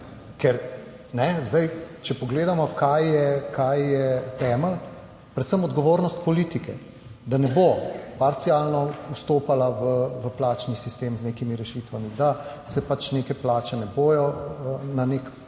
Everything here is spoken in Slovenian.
Ker ne zdaj če pogledamo kaj je, kaj je temelj predvsem odgovornost politike, da ne bo parcialno vstopala v plačni sistem z nekimi rešitvami, da se neke plače ne bodo na nek